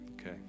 Okay